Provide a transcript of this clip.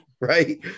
right